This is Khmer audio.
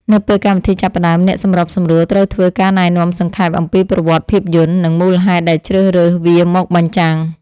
នៅពេលកម្មវិធីចាប់ផ្ដើម អ្នកសម្របសម្រួលត្រូវធ្វើការណែនាំសង្ខេបអំពីប្រវត្តិភាពយន្ត និងមូលហេតុដែលជ្រើសរើសវាមកបញ្ចាំង។